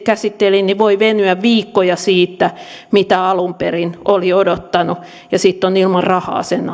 käsittelin voi venyä viikkoja siitä mitä alun perin oli odottanut ja sitten on ilman rahaa sen